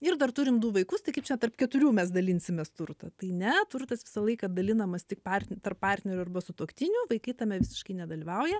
ir dar turim du vaikus tai kaip čia tarp keturių mes dalinsimės turtą tai ne turtas visą laiką dalinamas tik par tarp partnerių arba sutuoktinių vaikai tame visiškai nedalyvauja